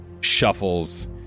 shuffles